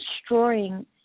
destroying